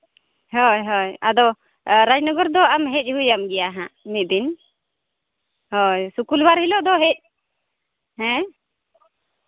ᱦᱳᱭ ᱦᱳᱭ ᱟᱫᱚ ᱨᱟᱡᱽᱱᱚᱜᱚᱨ ᱫᱚ ᱟᱢ ᱦᱮᱡᱽ ᱦᱩᱭ ᱟᱢ ᱜᱮᱭᱟ ᱦᱟᱸᱜ ᱢᱤᱫ ᱫᱤᱱ ᱦᱳᱭ ᱥᱩᱠᱩᱞ ᱵᱟᱨ ᱦᱤᱞᱳᱜ ᱫᱚ ᱦᱮᱡ ᱦᱮᱸ